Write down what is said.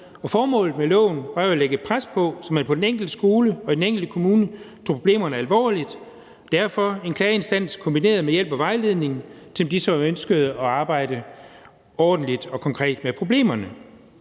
Formålet med loven bør jo være at lægge pres på, så man på den enkelte skole og i den enkelte kommune tager problemerne alvorligt. Derfor en klageinstans kombineret med hjælp og vejledning for dem, som så ønsker at arbejde ordentligt og konkret med problemerne.